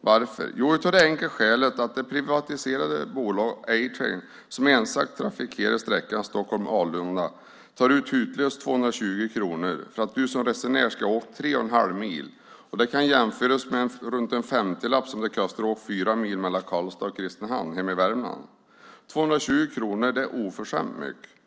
Varför är det så? Jo, av det enkla skälet att det privata bolaget A-Train som ensamt trafikerar sträckan Stockholm-Arlanda tar ut hutlösa 220 kronor för att du som resenär ska åka tre och en halv mil. Det kan jämföras med runt en femtiolapp som det kostar att åka fyra mil mellan Karlstad och Kristinehamn hemma i Värmland. 220 kronor är oförskämt mycket.